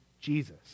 Jesus